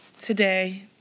today